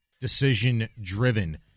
decision-driven